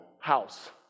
house